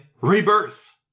Rebirth